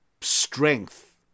strength